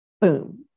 boom